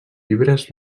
llibres